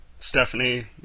Stephanie